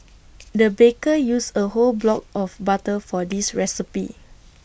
the baker used A whole block of butter for this recipe